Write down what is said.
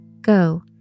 Go